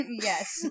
Yes